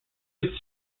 its